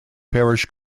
parish